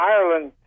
Ireland